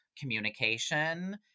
communication